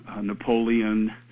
Napoleon